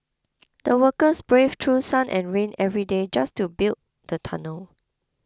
the workers braved through sun and rain every day just to build the tunnel